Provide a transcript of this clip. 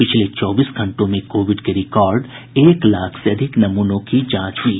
पिछले चौबीस घंटों में कोविड के रिकॉर्ड एक लाख से अधिक नमूनों की जांच हुई है